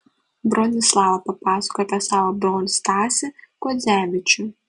bronislava papasakojo apie savo brolį stasį kuodzevičių